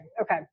Okay